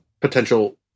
potential